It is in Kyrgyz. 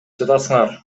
жатасыңар